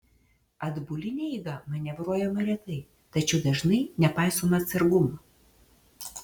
atbuline eiga manevruojama retai tačiau dažnai nepaisoma atsargumo